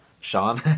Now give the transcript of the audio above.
Sean